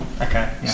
Okay